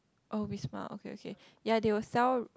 oh Wisma okay okay ya they will sell